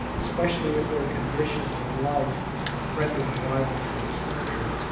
especially if their conditions of life render them liable to exposure.